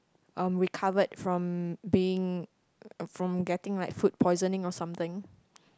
uh recovered from being from getting like food poisoning or something